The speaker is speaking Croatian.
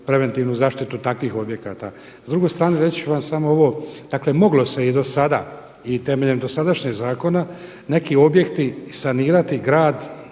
preventivnu zaštitu takvih objekata. S druge strane reći ću vam samo ovo, dakle moglo se i do sada i temeljem dosadašnjeg zakona neki objekti sanirati, grad